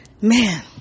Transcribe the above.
man